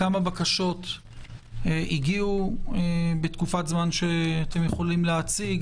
כמה בקשות הגיעו בתקופת זמן שאתם יכולים להציג?